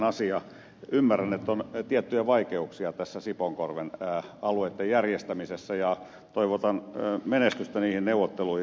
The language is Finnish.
ymmärrän että on tiettyjä vaikeuksia tässä sipoonkorven alueitten järjestämisessä ja toivotan menestystä niihin neuvotteluihin